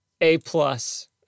A-plus